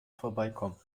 vorbeikommen